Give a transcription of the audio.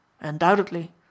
Undoubtedly